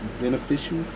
beneficial